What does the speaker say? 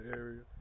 area